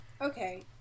okay